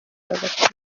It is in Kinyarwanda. hagati